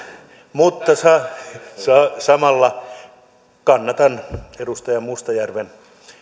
samalla kannatan edustaja mustajärven